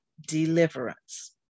deliverance